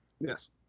Yes